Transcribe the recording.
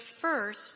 first